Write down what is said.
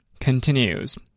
continues